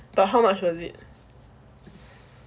but how much was it